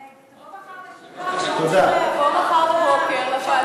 תבוא מחר לוועדת חוקה, תבוא מחר לוועדה.